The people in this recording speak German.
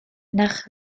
nach